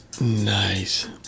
nice